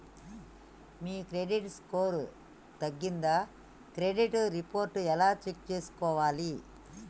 మీ credit score తగ్గిందా credit report ఎలా check చేసుకోవాలి?